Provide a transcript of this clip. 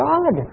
God